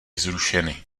zrušeny